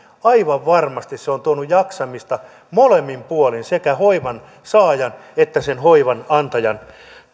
aivan varmasti se on tuonut jaksamista molemmin puolin sekä hoivan saajan että sen hoivan antajan